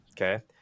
okay